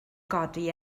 godi